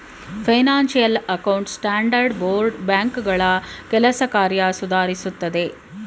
financial account standard board ಬ್ಯಾಂಕ್ಗಳ ಕೆಲಸ ಕಾರ್ಯ ಸುಧಾರಿಸುತ್ತದೆ